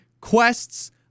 quests